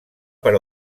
per